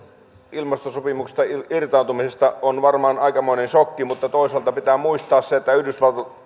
ilmastosopimuksesta irtautumisesta on varmaan aikamoinen sokki mutta toisaalta pitää muistaa se että